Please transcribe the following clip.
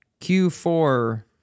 Q4